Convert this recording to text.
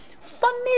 funny